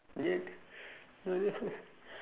is it